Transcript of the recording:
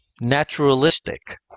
naturalistic